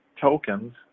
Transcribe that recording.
tokens